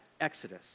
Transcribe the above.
Exodus